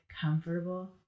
comfortable